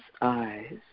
eyes